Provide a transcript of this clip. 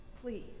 please